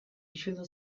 isildu